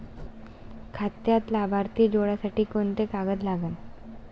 खात्यात लाभार्थी जोडासाठी कोंते कागद लागन?